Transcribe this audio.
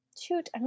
shoot